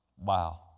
Wow